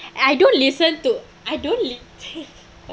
I don't listen to I don't li~